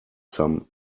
some